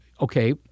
okay